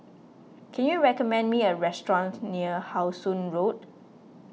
can you recommend me a restaurant near How Sun Road